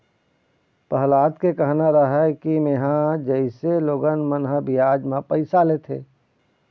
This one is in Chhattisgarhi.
पहलाद के कहना रहय कि मेंहा जइसे लोगन मन ह बियाज म पइसा लेथे,